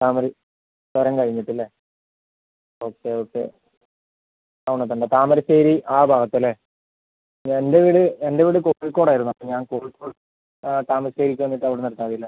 താമര ചുരം കഴിഞ്ഞിട്ട് അല്ലേ ഓക്കെ ഓക്കെ അവിടെത്തന്നെ താമരശ്ശേരി ആ ഭാഗത്ത് അല്ലേ എൻ്റെ വീട് എൻ്റെ വീട് കോഴിക്കോട് ആയിരുന്നു അപ്പം ഞാൻ കോഴിക്കോട് താമരശ്ശേരിക്ക് വന്നിട്ട് അവിടുന്ന് എടുത്താൽ മതി അല്ലേ